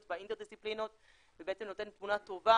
והאינטר-דיסציפלינות ובעצם נותן תמונה טובה,